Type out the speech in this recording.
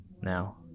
now